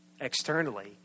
externally